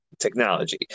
technology